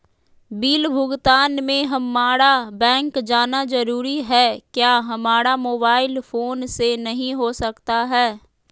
Bill भुगतान में हम्मारा बैंक जाना जरूर है क्या हमारा मोबाइल फोन से नहीं हो सकता है?